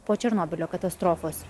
po černobylio katastrofos